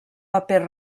paper